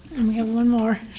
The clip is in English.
and we have one more.